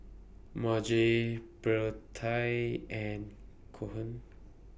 Marge Birtie and Cohen